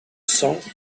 cents